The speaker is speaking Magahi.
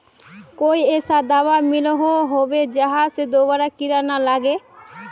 कोई ऐसा दाबा मिलोहो होबे जहा से दोबारा कीड़ा ना लागे?